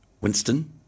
Winston